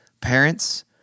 Parents